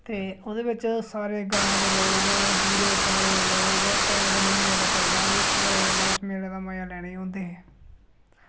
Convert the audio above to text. ते ओह्दे विच सारे ग्रां दे लोक दूरे पारे दे लोक त्रै दिन ओ मेला चलदा ते सारे जने उस मेले दा मजा लैने औंदे हे